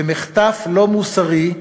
במחטף לא מוסרי,